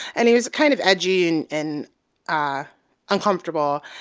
and he was kind of edgy and and ah uncomfortable.